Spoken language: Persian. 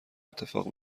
اتفاق